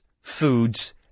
foods